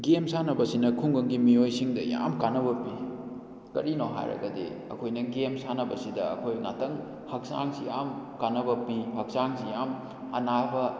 game ꯁꯥꯟꯅꯕꯁꯤꯅ ꯈꯨꯡꯒꯪꯒꯤ ꯃꯤꯑꯣꯏꯁꯤꯡꯗ ꯌꯥꯝ ꯀꯥꯟꯅꯕ ꯄꯤ ꯀꯔꯤꯅꯣ ꯍꯥꯏꯔꯒꯗꯤ ꯑꯩꯈꯣꯏꯅ ꯒꯦꯝ ꯁꯥꯟꯅꯕꯁꯤꯗ ꯑꯩꯈꯣꯏ ꯉꯥꯇꯪ ꯍꯛꯆꯥꯡꯁꯤ ꯌꯥꯝ ꯀꯥꯟꯅꯕ ꯄꯤ ꯍꯛꯆꯥꯡꯁꯤ ꯌꯥꯝ ꯑꯅꯥꯕ